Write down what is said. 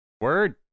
Word